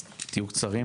אז תהיו קצרים.